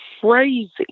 crazy